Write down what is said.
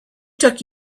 took